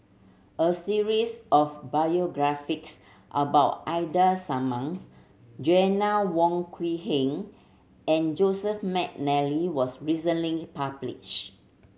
a series of biographies about Ida Simmons Joanna Wong Quee Heng and Joseph McNally was recently published